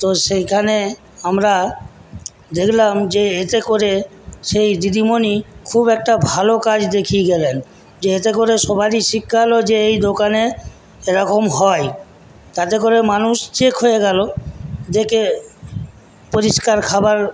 তো সেইখানে আমরা দেখলাম যে এতে করে সেই দিদিমণি খুব একটা ভালো কাজ দেখিয়ে গেলেন যে এতে করে সবারই শিক্ষা হলো যে এই দোকানে এরকম হয় তাতে করে মানুষ চেক হয়ে গেল যে পরিষ্কার খাবার